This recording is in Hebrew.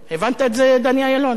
תודה רבה לחבר הכנסת אחמד טיבי.